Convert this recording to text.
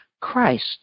Christ